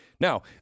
Now